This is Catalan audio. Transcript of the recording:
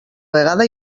vegada